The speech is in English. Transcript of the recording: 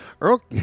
Earl